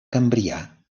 cambrià